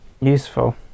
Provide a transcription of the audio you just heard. useful